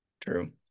True